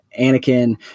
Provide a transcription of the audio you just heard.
anakin